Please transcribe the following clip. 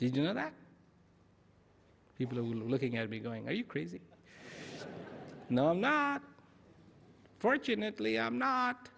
did you know that people are looking at me going are you crazy now i'm now fortunately i'm not